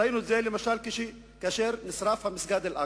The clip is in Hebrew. ראינו את זה, למשל, כאשר נשרף מסגד אל-אקצא,